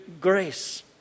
grace